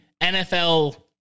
NFL